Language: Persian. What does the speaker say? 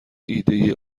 ایدهای